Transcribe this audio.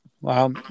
Wow